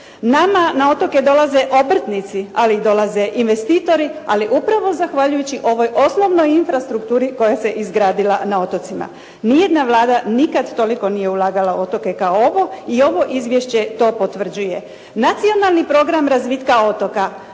Nama na otoke dolaze obrtnici, ali dolaze investitori, ali upravo zahvaljujući ovoj osnovnoj infrastrukturi koja se izgradila na otocima. Ni jedna Vlada nikada toliko nije ulagala u otoke kao ova i ovo izvješće to potvrđuje. Nacionalni program razvitka otoka